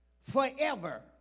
forever